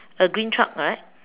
a green truck right